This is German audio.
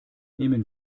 nehmen